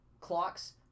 clocks